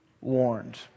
warned